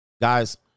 Guys